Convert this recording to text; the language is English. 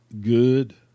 good